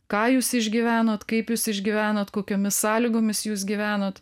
ką jūs išgyvenot kaip jūs išgyvenot kokiomis sąlygomis jūs gyvenot